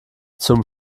zum